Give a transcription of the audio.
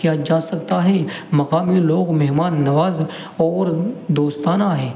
کیا جا سکتا ہے مقامی لوگ مہمان نواز اور دوستانہ ہے